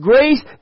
Grace